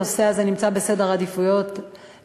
הנושא הזה נמצא בעדיפות העליונה,